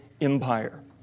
empire